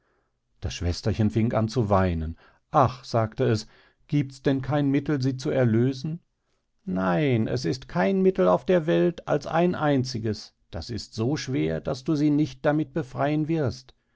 das schwesterchen fing an zu weinen ach sagte es giebts denn kein mittel sie zu erlösen nein es ist kein mittel auf der welt als ein einziges das ist so schwer das du sie nicht damit befreien wirst